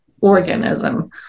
organism